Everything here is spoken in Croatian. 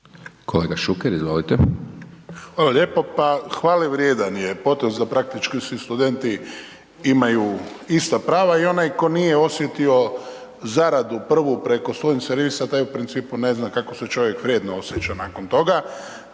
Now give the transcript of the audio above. Ivan (HDZ)** Hvala lijepo. Pa hvalevrijedan je potez da praktički svi studenti imaju ista prava i onaj ko nije osjetio zaradu prvu preko student servisa, taj u principu ne zna kako se čovjek vrijedno osjeća nakon toga.